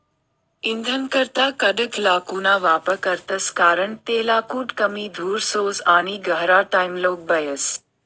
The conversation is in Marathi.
इंधनकरता कडक लाकूडना वापर करतस कारण ते लाकूड कमी धूर सोडस आणि गहिरा टाइमलोग बयस